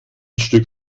stück